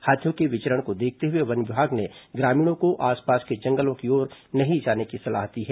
हाथियों के विचरण को देखते हुए वन विभाग ने ग्रामीणों को आसपास के जंगलों की ओर नहीं जाने की सलाह दी है